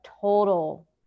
total